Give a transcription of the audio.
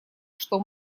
что